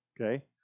okay